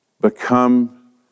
become